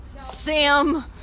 Sam